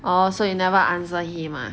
orh so you never answer he ah